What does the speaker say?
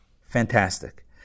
fantastic